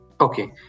Okay